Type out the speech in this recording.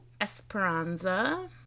Esperanza